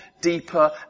deeper